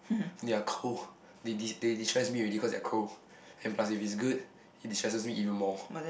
ya cold they de~ they they destress me already cause they are cold and plus if it's good it destresses me even more